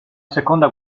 seconda